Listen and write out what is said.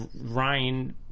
Ryan